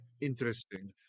interesting